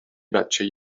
بچه